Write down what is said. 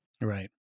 Right